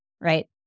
Right